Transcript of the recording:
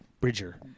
Bridger